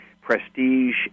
prestige